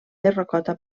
terracota